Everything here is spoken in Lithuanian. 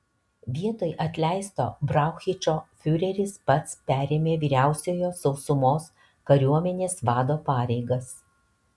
vietoj atleisto brauchičo fiureris pats perėmė vyriausiojo sausumos kariuomenės vado pareigas